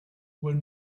will